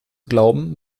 glauben